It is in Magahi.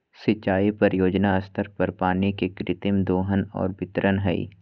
सिंचाई परियोजना स्तर पर पानी के कृत्रिम दोहन और वितरण हइ